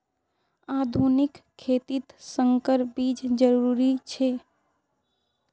आधुनिक खेतित संकर बीज जरुरी छे